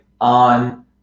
on